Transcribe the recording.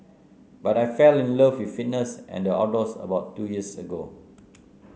but I fell in love with fitness and the outdoors about two years ago